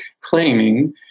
claiming